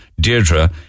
Deirdre